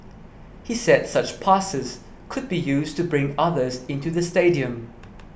he said such passes could be used to bring others into the stadium